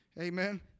Amen